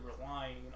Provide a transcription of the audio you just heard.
relying